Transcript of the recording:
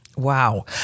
Wow